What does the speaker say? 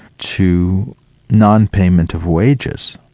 to non-payment of wages.